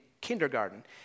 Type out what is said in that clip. kindergarten